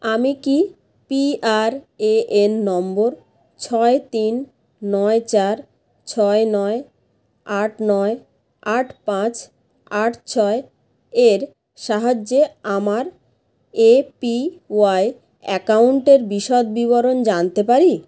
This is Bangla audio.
আমি কি পি আর এ এন নম্বর ছয় তিন নয় চার ছয় নয় আট নয় আট পাঁচ আট ছয় এর সাহায্যে আমার এ পি ওয়াই অ্যাকাউন্টের বিশদ বিবরণ জানতে পারি